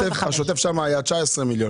השוטף שם היה 19 מיליון.